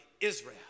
Israel